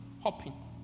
hopping